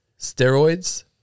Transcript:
steroids